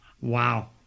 Wow